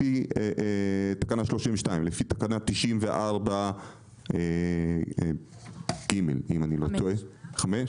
לפי תקנה 32, לפי תקנה 94ג אם אני לטועה --- 5.